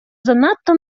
занадто